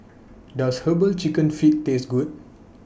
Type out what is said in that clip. Does Herbal Chicken Feet Taste Good